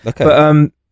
Okay